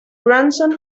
grandson